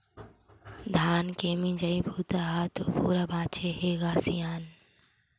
धान के मिजई बूता ह तो पूरा बाचे हे ग सियान